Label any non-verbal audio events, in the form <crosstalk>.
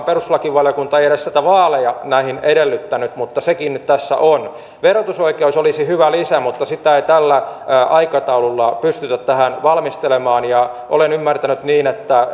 <unintelligible> perustuslakivaliokunta ei edes vaaleja näihin edellyttänyt mutta nekin nyt tässä ovat verotusoikeus olisi hyvä lisä mutta sitä ei tällä aikataululla pystytä tähän valmistelemaan olen ymmärtänyt niin